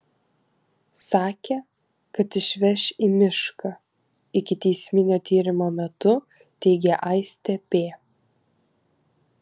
sakė kad išveš į mišką ikiteisminio tyrimo metu teigė aistė p